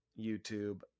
YouTube